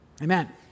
amen